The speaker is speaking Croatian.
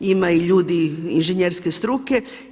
Ima ljudi inženjerske struke.